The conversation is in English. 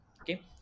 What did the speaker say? okay